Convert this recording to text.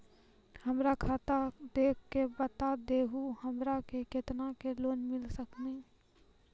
हमरा खाता देख के बता देहु हमरा के केतना के लोन मिल सकनी?